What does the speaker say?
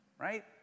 right